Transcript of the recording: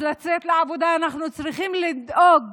אז אנחנו צריכים לדאוג